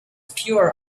pure